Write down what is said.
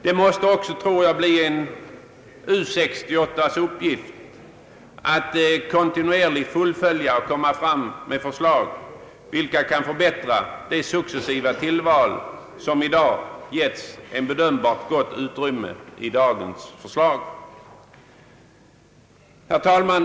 Det måste bli en uppgift för U 68 att kontinuerligt fullfölja dagens beslut och att framställa nya förslag som kan förbättra det successiva tillval som enligt bedömningar givits ett gott utrymme i dagens förslag. Herr talman!